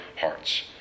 hearts